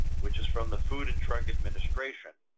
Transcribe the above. which is from the food and drug administration,